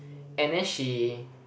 and then she